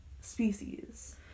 species